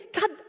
God